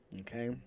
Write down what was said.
Okay